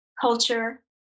culture